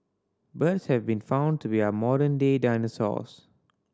birds have been found to be our modern day dinosaurs